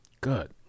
Good